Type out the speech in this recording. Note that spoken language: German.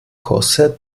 korsett